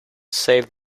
save